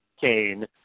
Kane